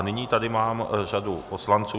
Nyní tady mám řadu poslanců.